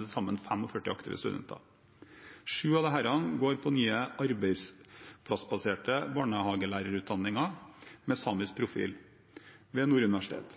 til sammen 45 aktive studenter. 7 av disse går på den nye arbeidsplassbaserte barnehagelærerutdanningen med samisk profil ved